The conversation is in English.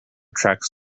tracks